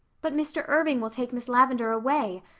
but mr. irving will take miss lavendar away.